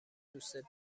دوستت